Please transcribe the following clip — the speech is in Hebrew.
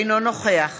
אינו נוכח